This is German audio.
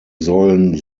sollen